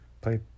play